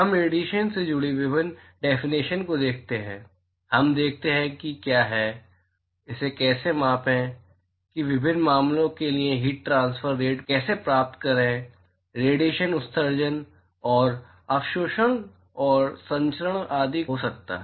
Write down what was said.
हम रेडिएशन से जुड़ी विभिन्न डेफिनेशन्स को देखते हैं हम देखते हैं कि क्या है इसे कैसे मापें कि विभिन्न मामलों के लिए हीट ट्रांसफर रेट कैसे प्राप्त करें रेडिएशन उत्सर्जन और अवशोषण और संचरण आदि हो सकता है